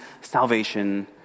salvation